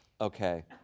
Okay